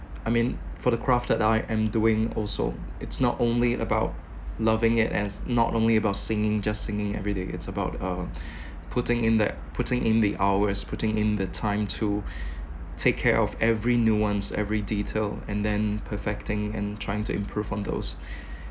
I mean for the craft that I am doing also it's not only about loving it and it's not only about singing just singing every day it's about uh putting in that putting in the hours putting in the time to take care of every nuance every detail and then perfecting and trying to improve on those